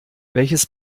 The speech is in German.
welches